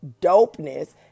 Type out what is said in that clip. dopeness